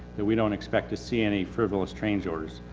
that we don't expect to see any frivolous change orders.